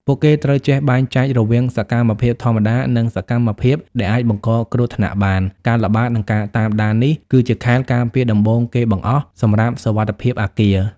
ពួកគេត្រូវចេះបែងចែករវាងសកម្មភាពធម្មតា និងសកម្មភាពដែលអាចបង្កគ្រោះថ្នាក់បាន ការល្បាត និងការតាមដាននេះ គឺជាខែលការពារដំបូងគេបង្អស់សម្រាប់សុវត្ថិភាពអគារ។